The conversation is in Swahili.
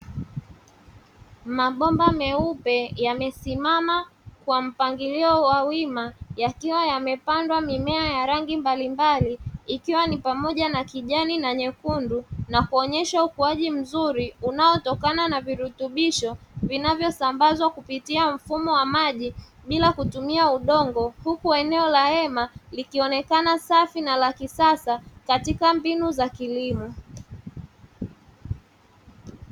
Mabomba meupe yamesimama kwa mpangilio wa wima, yakiwa yamepandwa mimea ya rangi mbalimbali, ikiwa ni pamoja na kijani na nyekundu na kuonyesha ukuaji mzuri unaotokana na virutubisho vinavyo sambazwa kupitia mfumo wa maji bila kutumia udongo, huku eneo la hema likionekana safi na la kisasa katika mbinu za kilimo.